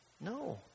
No